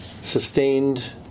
sustained